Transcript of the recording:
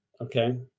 okay